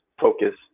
focus